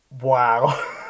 Wow